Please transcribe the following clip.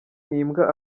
n’imbwa